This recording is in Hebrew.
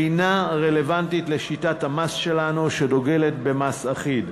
אינה רלוונטית לשיטת המס שלנו, שדוגלת במס אחיד,